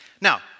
Now